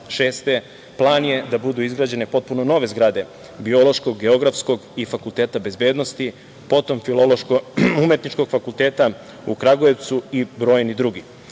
plan je da budu izgrađene potpuno nove zgrade biološkog, geografskog i Fakulteta bezbednosti, potom Filološko umetničkog fakulteta u Kragujevcu i brojni